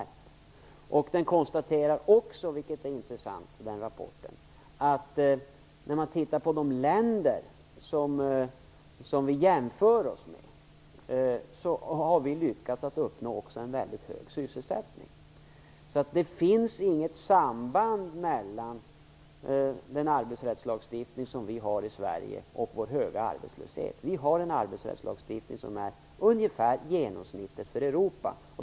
I rapporten konstateras också, vilket är intressant, att vi har lyckats uppnå en väldigt hög sysselsättning i förhållande till de länder som vi jämför oss med. Det finns alltså inget samband mellan den arbetsrättslagstiftning som vi har i Sverige och vår höga arbetslöshet. Vi har en arbetsrättslagstiftning som motsvarar ungefär genomsnittet i Europa.